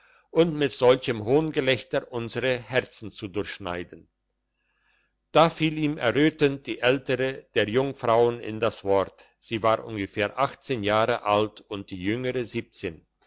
und mit solchem hohngelächter unsere herzen zu durchschneiden da fiel ihm errötend die ältere der jungfrauen in das wort sie war ungefähr jahre alt und die jüngere